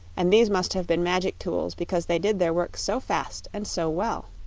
and these must have been magic tools because they did their work so fast and so well.